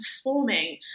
performing